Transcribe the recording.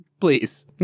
please